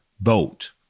vote